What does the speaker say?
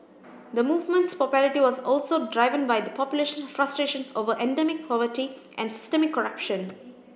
the movement's popularity was also driven by the population's frustrations over endemic poverty and systemic corruption